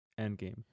Endgame